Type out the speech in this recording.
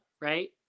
right